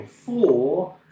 four